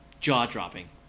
jaw-dropping